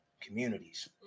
communities